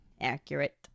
Accurate